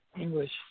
English